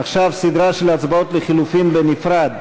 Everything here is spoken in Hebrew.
עכשיו סדרה של הצבעות לחלופין בנפרד.